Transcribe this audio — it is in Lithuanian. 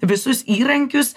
visus įrankius